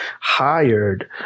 hired